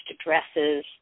addresses